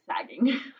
sagging